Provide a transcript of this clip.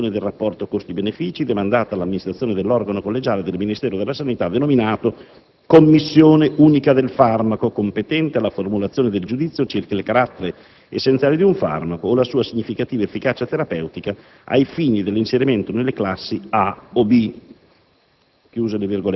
considerata la valutazione del rapporto costi-benefici demandata all'amministrazione dell'organo collegiale del Ministero della sanità denominato "Commissione unica del farmaco", competente alla formulazione del giudizio circa il carattere essenziale di un farmaco o la sua significativa efficacia terapeutica ai fini dell'inserimento nelle classi a) o